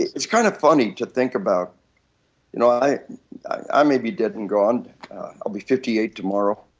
it's kind of funny to think about you know i i may be dead and gone. i will be fifty eight tomorrow,